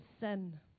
sin